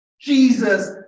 Jesus